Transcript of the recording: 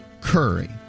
Curry